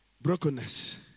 Brokenness